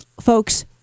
folks